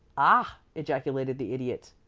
ah! ejaculated the idiot.